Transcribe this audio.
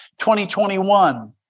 2021